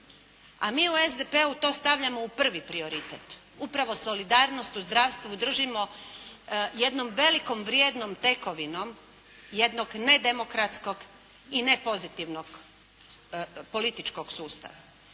A mi u SDP-u to stavljamo u prvi prioritet, upravo solidarnost u zdravstvu držimo jednom velikom vrijednom tekovinom jednog nedemokratskog i nepozitivnog političkog sustava.